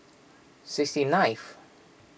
sixty ninth